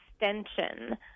extension